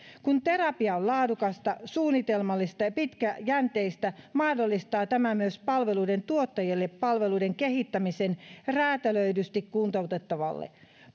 kun terapia on laadukasta suunnitelmallista ja pitkäjänteistä mahdollistaa tämä myös palveluiden tuottajille palveluiden kehittämisen räätälöidysti kuntoutettavalle